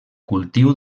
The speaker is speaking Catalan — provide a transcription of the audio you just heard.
cultiu